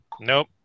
Nope